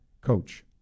coach